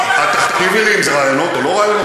את תכתיבי לי אם זה ראיונות או לא ראיונות?